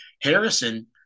Harrison